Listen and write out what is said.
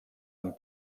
amb